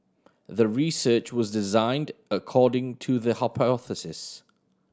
the research was designed according to the hypothesis